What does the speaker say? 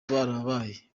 barabaye